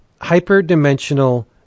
hyper-dimensional